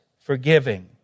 forgiving